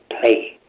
play